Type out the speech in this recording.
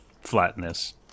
flatness